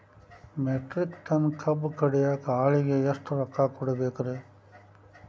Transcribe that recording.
Metric ton ಕಬ್ಬು ಕಡಿಯಾಕ ಆಳಿಗೆ ಎಷ್ಟ ರೊಕ್ಕ ಕೊಡಬೇಕ್ರೇ?